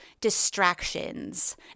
distractions